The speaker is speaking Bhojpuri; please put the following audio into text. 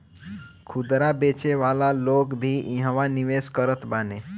खुदरा बेचे वाला लोग भी इहवा निवेश करत बाने